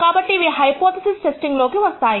కాబట్టి ఇవి hypothesis testing లోకి వస్తాయి